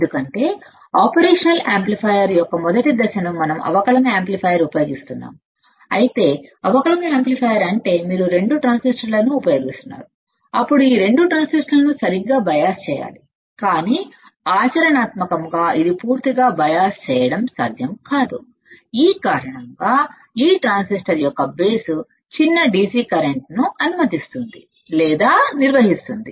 ఎందుకంటే operation amplifier యొక్క మొదటి దశలో మనం అవకలన యాంప్లిఫైయర్ ఉపయోగిస్తున్నాము అయితే అవకలన యాంప్లిఫైయర్ అంటే మీరు రెండు ట్రాన్సిస్టర్లను ఉపయోగిస్తున్నారు అప్పుడు ఈరెండు ట్రాన్సిస్టర్లను సరిగ్గా బయాస్ చేయాలి కానీ ఆచరణాత్మకంగా ఇది పూర్తిగా సమగ్ర మైన బయాస్ చేయడం సాధ్యం కాదు ఈ కారణంగా ఈ ట్రాన్సిస్టర్ యొక్క బేస్ చిన్న DC కరెంట్ ను అనుమతిస్తుంది లేదా నిర్వహిస్తుంది